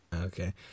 okay